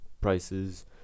prices